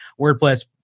WordPress